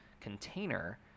container